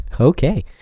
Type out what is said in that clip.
Okay